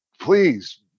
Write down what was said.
please